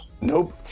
nope